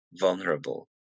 vulnerable